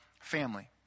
family